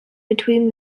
between